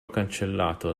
cancellato